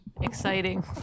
exciting